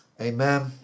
Amen